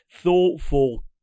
thoughtful